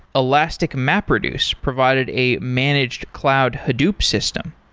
elastic mapreduce provided a managed cloud hadoop system.